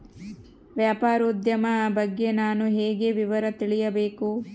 ವ್ಯಾಪಾರೋದ್ಯಮ ಬಗ್ಗೆ ನಾನು ಹೇಗೆ ವಿವರ ತಿಳಿಯಬೇಕು?